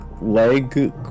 leg